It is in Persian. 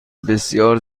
بسیار